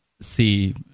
see